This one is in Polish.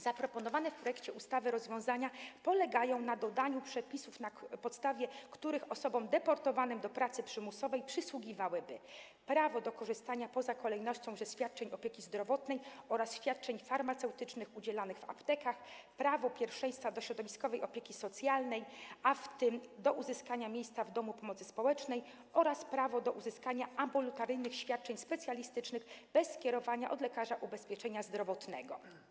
Zaproponowane w projekcie ustawy rozwiązania polegają na dodaniu przepisów, na podstawie których osobom deportowanym do pracy przymusowej przysługiwałyby: prawo do korzystania poza kolejnością ze świadczeń opieki zdrowotnej oraz świadczeń farmaceutycznych udzielanych w aptekach, prawo pierwszeństwa do środowiskowej opieki socjalnej, w tym do uzyskania miejsca w domu pomocy społecznej, oraz prawo do uzyskania ambulatoryjnych świadczeń specjalistycznych bez skierowania od lekarza ubezpieczenia zdrowotnego.